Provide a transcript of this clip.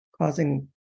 causing